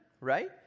Right